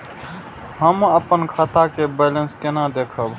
हम अपन खाता के बैलेंस केना देखब?